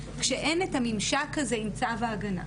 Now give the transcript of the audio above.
כשאין את הממשק הזה עם צו ההגנה.